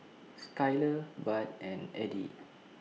Skyler Bart and Eddy